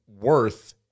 worth